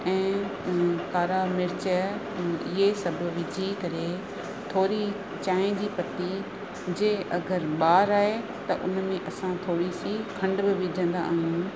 ऐं कारा मिर्च इहे सभु विझी करे थोरी चांहि जी पत्ती जे अगरि ॿारु आहे त असां थोरी सी खंड बि विझंदा आहियूं